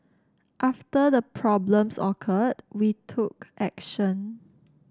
after the problems occurred we took action